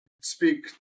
speak